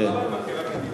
ואמר "מבקר המדינה".